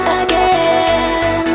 again